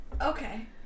Okay